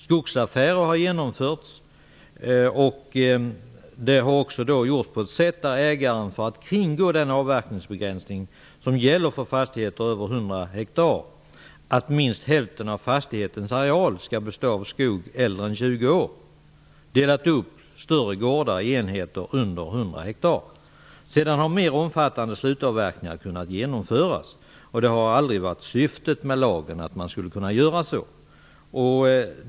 Skogsaffärer har genomförts på ett sådant sätt att ägaren delat upp större gårdar i enheter under 100 ha för att kringgå den avverkningsbegränsning som gäller för fastigheter över 100 ha, att minst hälften av fastighetens areal skall bestå av skog äldre än 20 år. Sedan har mer omfattande slutavverkningar kunnat genomföras. Det har aldrig varit syftet med lagen att man skulle kunna göra så.